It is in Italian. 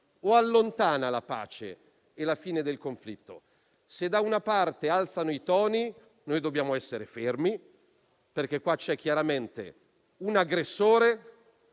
o allontana la pace e la fine del conflitto. Se da una parte alzano i toni, noi dobbiamo essere fermi, perché in questo caso c'è chiaramente un aggressore